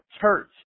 church